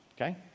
Okay